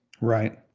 Right